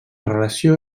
relació